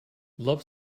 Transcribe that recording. love